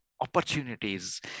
opportunities